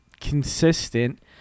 consistent